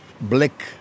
black